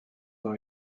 dans